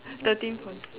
thirteen fourteen